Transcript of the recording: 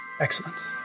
Excellence